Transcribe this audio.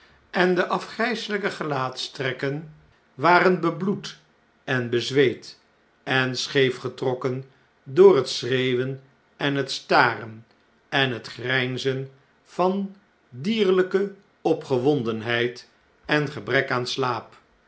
en de afgrijselpe gelaatstrekken waren bebloed en bezweet en scheef getrokken door het schreeuwen en het staren en het grpzen van dierlijke opgewondenheid en gebrek aan slaap